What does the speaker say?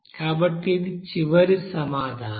కాబట్టి ఇది చివరి సమాధానం